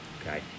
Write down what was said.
Okay